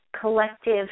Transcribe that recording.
collective